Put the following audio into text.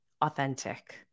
authentic